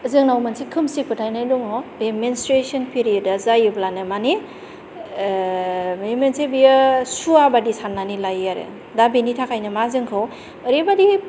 जोंनाव मोनसे खोमसि फोथायनाय दङ बे मेनस्ट्रिएसन पेरियडआ जायोब्लानो मानि मोनसे बियो सुवा बादि साननानै लायो आरो दा बेनि थाखायनो मा जोंखौ ओरैबादि